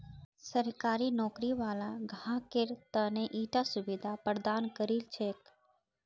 सरकारी नौकरी वाला ग्राहकेर त न ईटा सुविधा प्रदान करील छेक